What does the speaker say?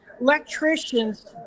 electricians